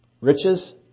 Riches